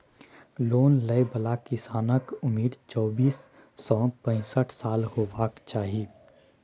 loan लय बला किसानक उमरि चौबीस सँ पैसठ साल हेबाक चाही